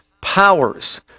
powers